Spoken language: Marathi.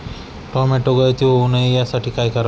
टोमॅटो गळती होऊ नये यासाठी काय करावे?